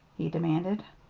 he demanded.